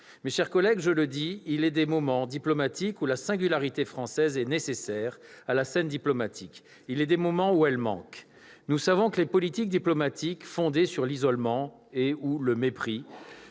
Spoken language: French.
Mes chers collègues, il est des moments diplomatiques où la singularité française est nécessaire à la scène diplomatique, il est des moments où elle manque. Nous savons que les politiques diplomatiques fondées sur l'isolement et/ou le mépris